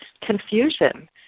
confusion